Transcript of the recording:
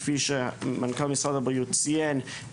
כפי שמנכ"ל משרד הבריאות ציין,